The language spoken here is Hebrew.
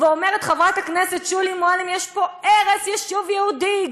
ואומרת חברת הכנסת שולי מועלם: יש פה הרס יישוב יהודי,